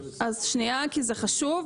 אז שנייה, כי זה חשוב.